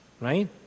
right